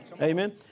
Amen